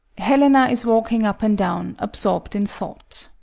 helena is walking up and down, absorbed in thought.